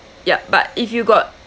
yup but if you got